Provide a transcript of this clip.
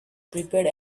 prepared